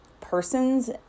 persons